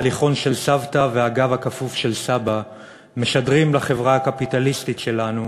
ההליכון של סבתא והגב הכפוף של סבא משדרים לחברה הקפיטליסטית שלנו